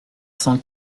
cent